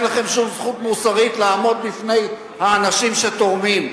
אין לכם שום זכות מוסרית לעמוד בפני האנשים שתורמים,